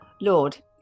Lord